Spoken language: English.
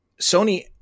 Sony